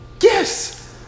Yes